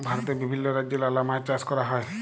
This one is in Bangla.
ভারতে বিভিল্য রাজ্যে লালা মাছ চাষ ক্যরা হ্যয়